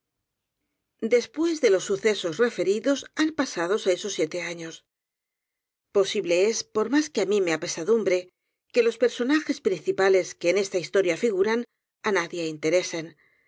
después de los sucesos referidos han pasado seis ó siete años posible es por más que á mí me apesadumbre que los personajes principales que en esta historia figuran á nadie interesen